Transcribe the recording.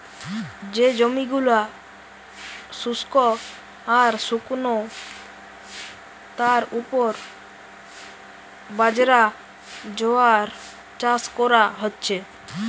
যে জমি গুলা শুস্ক আর শুকনো তার উপর বাজরা, জোয়ার চাষ কোরা হচ্ছে